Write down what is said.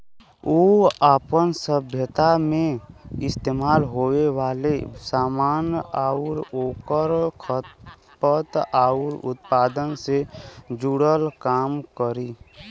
उ आपन सभ्यता मे इस्तेमाल होये वाले सामान आउर ओकर खपत आउर उत्पादन से जुड़ल काम करी